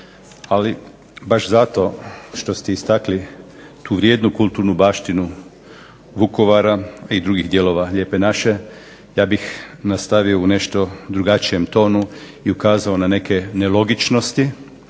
ali baš zato što ste istaknuli tu vrijednu kulturnu baštinu Vukovara i drugih dijelova Lijepe naše, ja bih nastavio u nešto drugačijem tonu i ukazao na neke nelogičnosti